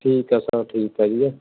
ਠੀਕ ਹੈ ਸਰ ਠੀਕ ਹੈ ਜੀ